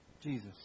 Jesus